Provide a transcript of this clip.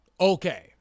Okay